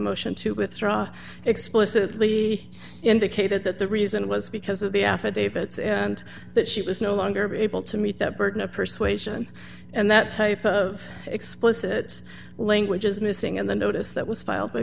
motion to withdraw explicitly indicated that the reason was because of the affidavits and that she was no longer be able to meet that burden of persuasion and that type of explicit language is missing in the notice that was filed by